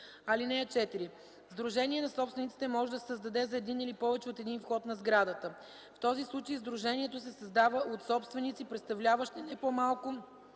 (4) Сдружение на собствениците може да се създаде за един или повече от един вход на сградата. В този случай сдружението се създава от собственици, представляващи не по-малко